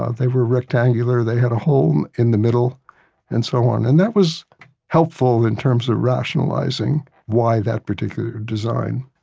ah they were rectangular. they had a hole um in the middle and so on. and that was helpful in terms of rationalizing why that particular design